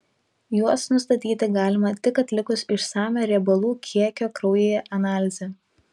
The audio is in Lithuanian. juos nustatyti galima tik atlikus išsamią riebalų kiekio kraujyje analizę